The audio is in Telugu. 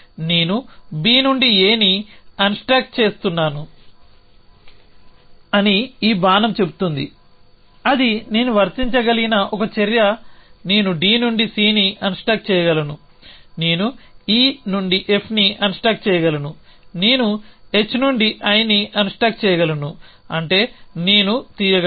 నేను B నుండి Aని అన్స్టాక్ చేస్తున్నాను అని ఈ బాణం చెబుతుంది అది నేను వర్తించగలిగిన ఒక చర్య నేను D నుండి Cని అన్స్టాక్ చేయగలను నేను E నుండి Fని అన్స్టాక్ చేయగలను నేను H నుండి Iని అన్స్టాక్ చేయగలను అంటే నేను తీయగలను